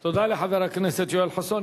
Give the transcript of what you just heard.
תודה לחבר הכנסת יואל חסון.